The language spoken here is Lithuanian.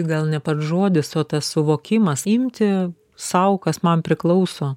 gal ne pats žodis o tas suvokimas imti sau kas man priklauso